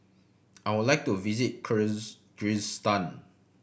I would like to visit Kyrgyzstan